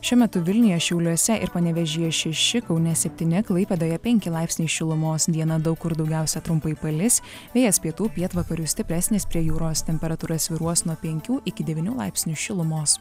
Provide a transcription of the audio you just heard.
šiuo metu vilniuje šiauliuose ir panevėžyje šeši kaune septyni klaipėdoje penki laipsniai šilumos dieną daug kur daugiausia trumpai palis vėjas pietų pietvakarių stipresnis prie jūros temperatūra svyruos nuo penkių iki devynių laipsnių šilumos